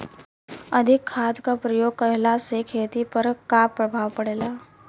अधिक खाद क प्रयोग कहला से खेती पर का प्रभाव पड़ेला?